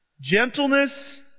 gentleness